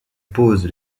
pose